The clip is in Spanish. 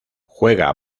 juega